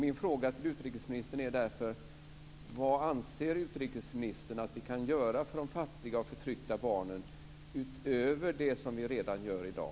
Min fråga till utrikesministern är därför: Vad anser utrikesministern att vi kan göra för de fattiga och förtryckta barnen, utöver det som vi redan gör i dag?